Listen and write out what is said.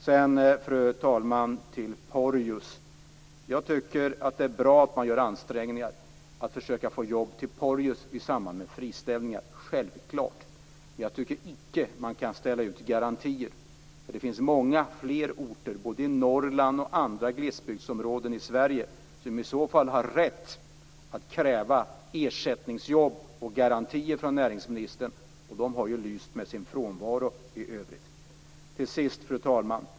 Det är självklart bra att man gör ansträngningar för att få jobb till Porjus i samband med friställningar. Men jag tycker icke att man kan ställa ut några garantier. Det finns många fler orter både i Norrland och i andra glesbygdsområden i Sverige som i så fall har rätt att kräva ersättningsjobb och garantier från näringsministern. De har för övrigt lyst med sin frånvaro. Till sist, fru talman!